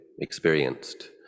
experienced